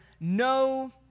No